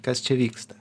kas čia vyksta